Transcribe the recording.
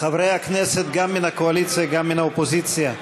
חברי הכנסת, גם מן הקואליציה וגם מן האופוזיציה,